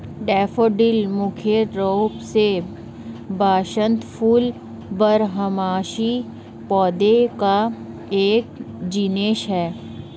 daffodil मुख्य रूप से वसंत फूल बारहमासी पौधों का एक जीनस है